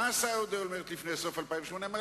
מה עשה אהוד אולמרט לפני סוף 2008?